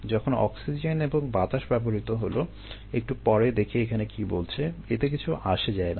যখন অক্সিজেন এবং বাতাস ব্যবহৃত হলো একটু পরে দেখি এখানে কী বলছে এতে কিছু আসে যায় না